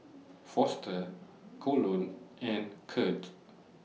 Foster Colon and Kirt